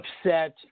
upset